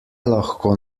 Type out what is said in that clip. lahko